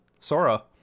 Sora